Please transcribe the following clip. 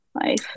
Life